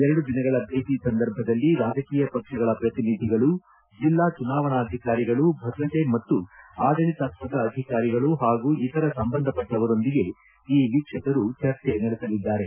ಎರಡು ದಿನಗಳ ಭೇಟಿ ಸಂದರ್ಭದಲ್ಲಿ ರಾಜಕೀಯ ಪಕ್ಷಗಳ ಪ್ರತಿನಿಧಿಗಳು ಜಿಲ್ಲಾ ಚುನಾವಣಾ ಅಧಿಕಾರಿಗಳು ಭದ್ರತೆ ಮತ್ತು ಆಡಳಿತಾತ್ಮಕ ಅಧಿಕಾರಿಗಳು ಪಾಗೂ ಇತರ ಸಂಬಂಧಪಟ್ಟವರೊಂದಿಗೆ ಈ ವೀಕ್ಷಕರು ಚರ್ಚೆ ನಡೆಸಲಿದ್ದಾರೆ